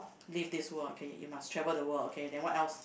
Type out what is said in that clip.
leave this world okay you must travel world okay then what else